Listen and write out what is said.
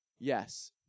Yes